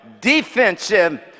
defensive